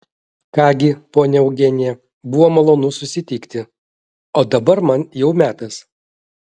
ką gi ponia eugenija buvo malonu susitikti o dabar man jau metas